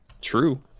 True